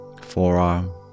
forearm